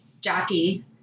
Jackie